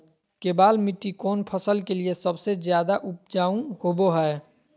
केबाल मिट्टी कौन फसल के लिए सबसे ज्यादा उपजाऊ होबो हय?